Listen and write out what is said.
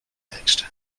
next